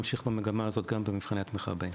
אנחנו נמשיך במגמה הזאת גם במבחני התמיכה הבאים.